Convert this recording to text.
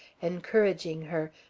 encouraging her,